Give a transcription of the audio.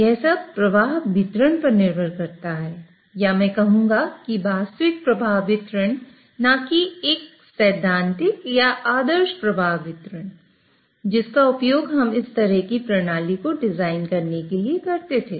यह सब प्रवाह वितरण पर निर्भर करता है या मैं कहूंगा कि वास्तविक प्रवाह वितरण न कि एक सैद्धांतिक या आदर्श प्रवाह वितरण जिसका उपयोग हम इस तरह की प्रणाली को डिजाइन करने के लिए करते थे